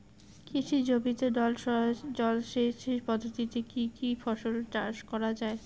কৃষি জমিতে নল জলসেচ পদ্ধতিতে কী কী ফসল চাষ করা য়ায়?